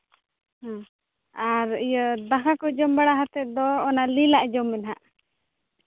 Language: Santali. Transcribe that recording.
ᱦᱮᱸ ᱟᱨ ᱤᱭᱟᱹ ᱫᱟᱠᱟ ᱠᱚ ᱡᱚᱢ ᱵᱟᱲᱟ ᱠᱟᱛᱮᱫ ᱫᱚ ᱚᱱᱟ ᱞᱤᱞᱟᱜ ᱡᱚᱢ ᱢᱮ ᱦᱟᱸᱜ